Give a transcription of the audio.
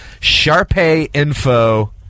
sharpayinfo